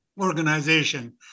organization